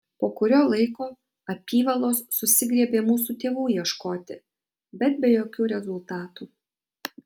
po kurio laiko apyvalos susigriebė mūsų tėvų ieškoti bet be jokių rezultatų